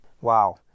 Wow